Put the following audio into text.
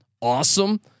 awesome